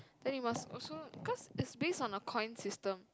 then you must also cause it's base on a coin system